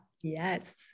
Yes